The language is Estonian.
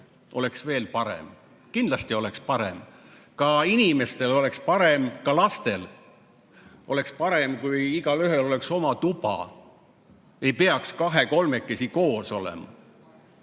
oleks parem. Kindlasti oleks parem. Ka inimestel oleks parem, ka lastel oleks parem, kui igaühel oleks oma tuba ja ei peaks kahe-kolmekesi koos